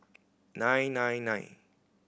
nine nine nine